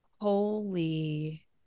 holy